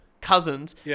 cousins